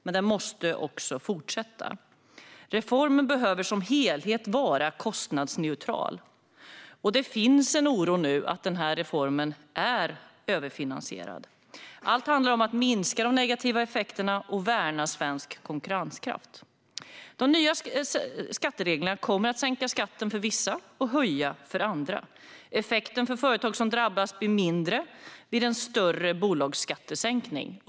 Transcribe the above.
Men den måste också fortsätta. Reformen behöver som helhet vara kostnadsneutral. Det finns nu en oro för att reformen är överfinansierad. Allt handlar om att minska de negativa effekterna och att värna svensk konkurrenskraft. De nya skattereglerna kommer att sänka skatten för vissa och höja den för andra. Effekten för företag som drabbas blir mindre vid en större bolagsskattesänkning.